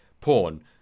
porn